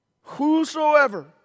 whosoever